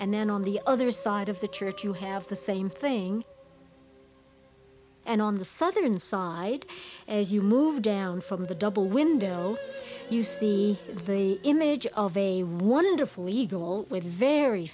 and then on the other side of the church you have the same thing and on the southern side as you move down from the double window you see the image of a wonderful eagle with a very